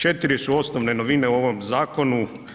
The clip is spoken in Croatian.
4 su osnovne novine u ovom zakonu.